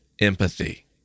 empathy